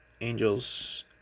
Angels